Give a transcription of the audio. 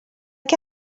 que